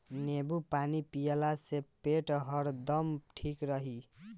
नेबू पानी पियला से पेट हरदम ठीक रही